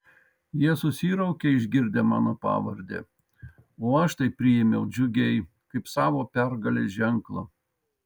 jie susiraukė išgirdę mano pavardę o aš tai priėmiau džiugiai kaip savo pergalės ženklą